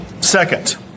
Second